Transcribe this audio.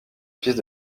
piste